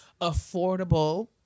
affordable